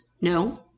No